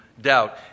doubt